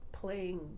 playing